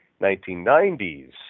1990s